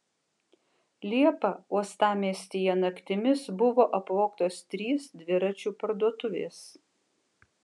liepą uostamiestyje naktimis buvo apvogtos trys dviračių parduotuvės